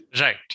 Right